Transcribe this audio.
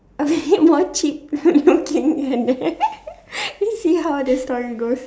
a bit more cheap okay let's see how the story goes